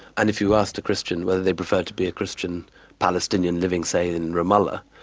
and if you asked a christian whether they preferred to be a christian palestinian living, say in ramallah,